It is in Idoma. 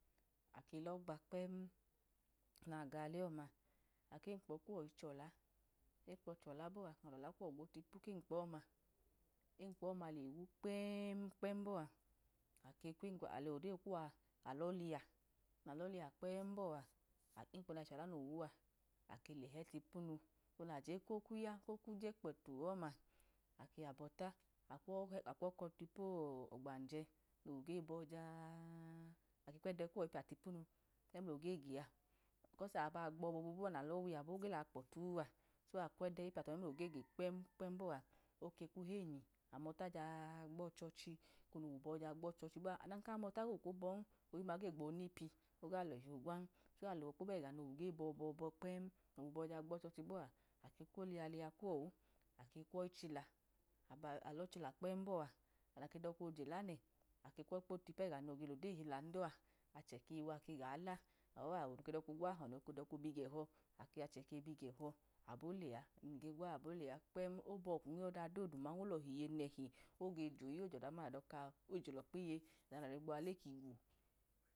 Ake logba kpẹm naga ọlẹ ọma ake lemkpọ kuwa hechola, emkpo chola bọ ọma alọla kuwa gwo tipu emkpo ọma, emkpo ọma lewu kpẹm kpẹm bọa, alọ deyi kuwa alọ hiya, alo liya kpẹm bọa, emkpo nachola nole wa a, ake lehẹ tipunu, ẹna leje ko kwu je kwu ya kpẹkwu ọma, ake habọta, ake lọ kọ tipu ogbanjẹ mlodeyi bọ ja a a, ake kwẹdẹ kuwa ipujatipunu memlogege a, kọs aba gbọ bobu nalọ wiya bọa oge lẹya kpọtu a, akwẹdẹ piya tọ memlogege kpẹm kpẹm bọa, oke kwu henyi amota ja a a gbọchọchi. Owu bọ gbọchọchi bọa ọdan ka mota konu kobọn, dima oge gbonipi oga lọhi gwan, so alọ kpo bẹga nowu ge bọbọ kpẹm, onu bọ ja gbọ chọchi bọa, ake kwoliyunhiya kwọwu, ake krọyi chila, aba lọ chuta kpẹm bọa adọka jela nẹ ake lọ kpo tipu ega noge lọdeyi hilandọ a, achẹ kewagala, aman awọ no doka gwa, nadoka bigẹchọ, abo la num ge gwa abọ lẹa, obọkwun, oyọda duma, olọhi iye nehi oge joyi oge joda duma nadoka lege je lọkpiye, ọda nalo̱ trọ a leka enyi.